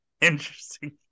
Interesting